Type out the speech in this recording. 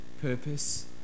purpose